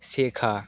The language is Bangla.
শেখা